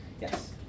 Yes